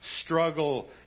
struggle